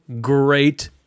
great